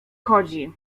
chodzi